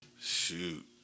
Shoot